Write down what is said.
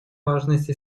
важности